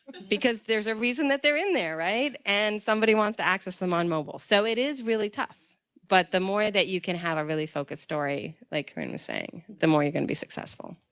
because there's a reason that they're in there, right? and somebody wants to access them on mobile. so it is really tough but the more that you can have a really focused story like corinne was saying, the more you can be successful.